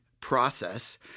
process